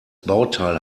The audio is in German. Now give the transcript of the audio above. bauteil